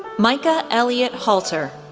micah elliot halter,